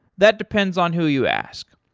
that depends on who you ask.